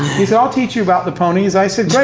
he said, i'll teach you about the ponies. i said, great.